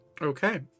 Okay